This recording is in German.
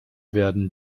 werden